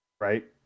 right